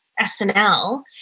SNL